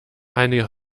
eine